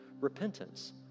repentance